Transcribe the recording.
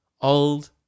old